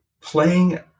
playing